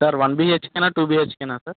sir one బిహెచ్కేనా two బిహెచ్కేనా sir